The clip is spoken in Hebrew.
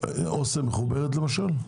אוסם מחוברת למשל?